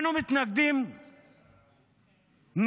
אנחנו מתנגדים נחרצות